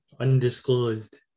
Undisclosed